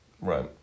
Right